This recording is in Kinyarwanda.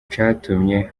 catumye